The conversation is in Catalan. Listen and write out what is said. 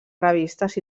revistes